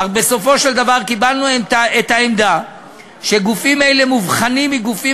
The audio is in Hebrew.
אך בסופו של דבר קיבלנו את העמדה שגופים אלה מובחנים מגופים